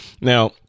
Now